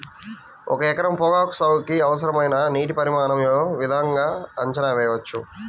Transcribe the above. ఒక ఎకరం పొగాకు సాగుకి అవసరమైన నీటి పరిమాణం యే విధంగా అంచనా వేయవచ్చు?